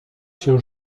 się